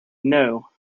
knew